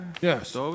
Yes